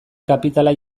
kapitala